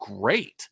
great